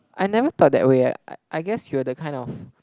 I never thought that way ah I I guess you are the kind of